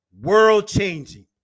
world-changing